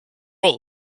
all